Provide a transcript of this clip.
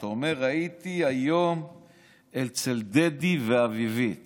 אתה אומר: הייתי היום אצל דדי ואביבית